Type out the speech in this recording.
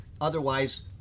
otherwise